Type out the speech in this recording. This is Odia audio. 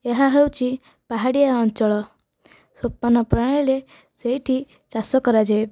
ଏହା ହେଉଛି ପାହାଡ଼ିଆ ଅଞ୍ଚଳ ସୋପାନ ପ୍ରଣାଳୀରେ ସେଇଠି ଚାଷ କରାଯାଏ